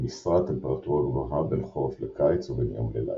עם משרעת טמפרטורה גבוהה בין חורף לקיץ ובין יום ולילה,